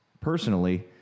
personally